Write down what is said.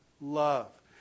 love